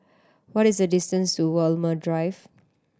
what is the distance to Walmer Drive